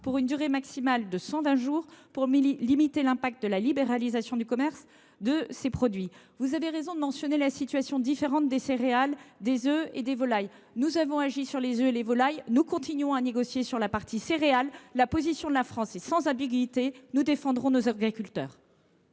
pour une durée maximale de 120 jours afin de limiter l’impact de la libéralisation du commerce de ces produits. Vous avez raison de mentionner la situation différente des œufs, des volailles et des céréales. Nous avons agi sur les deux premiers produits, nous continuons à négocier sur le troisième. La position de la France est sans ambiguïté : nous défendrons nos agriculteurs.